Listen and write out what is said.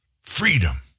Freedom